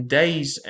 days